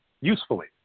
usefully